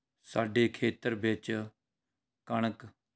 ਸਾਡੇ ਖੇਤਰ ਵਿੱਚ ਕਣਕ